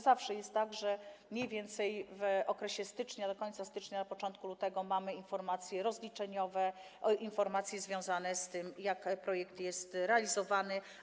Zawsze jest tak, że mniej więcej w styczniu, do końca stycznia, na początku lutego mamy informacje rozliczeniowe związane z tym, jak projekt jest realizowany.